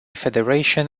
federation